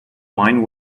wine